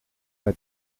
mij